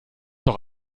doch